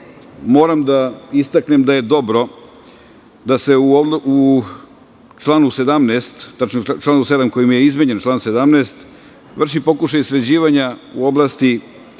moram da istaknem da je dobro da se u članu 17, tačnije u članu 7. kojim je izmenjen član 17, vrši pokušaj sređivanja u oblasti